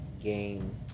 game